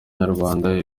nyarwanda